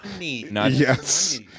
yes